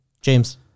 James